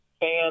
fans